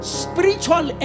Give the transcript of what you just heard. spiritual